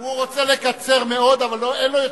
לא לא, אנחנו אומרים לו אם הוא רוצה לחזור,